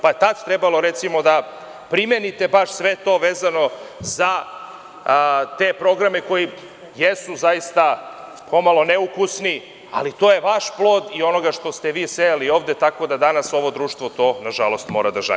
Pa, tada je trebalo, recimo, da primenite baš sve to vezano za te programe, koji jesu zaista pomalo neukusni, ali to je vaš plod i onoga što ste vi sejali ovde, tako da danas ovo društvo to, nažalost, mora da žanje.